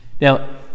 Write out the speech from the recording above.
Now